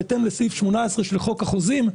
בהתאם לסעיף 19(א) לחוק החוזים.